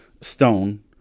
stone